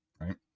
right